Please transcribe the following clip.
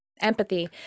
empathy